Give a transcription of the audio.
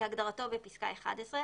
כהגדרתו בפסקה (11),